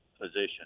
position